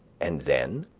and then,